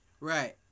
Right